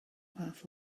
fath